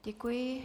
Děkuji.